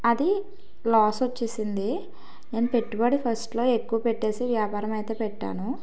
అది లాస్ వచ్చింది నేను పెట్టుబడి ఫస్ట్లో ఎక్కువ పెట్టి వ్యాపారం అయితే పెట్టాను